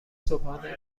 صبحانه